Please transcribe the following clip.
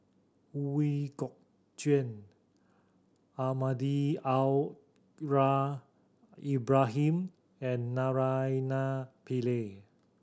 We Kok Chuen Almahdi Al Ra Ibrahim and Naraina Pillai